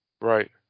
Right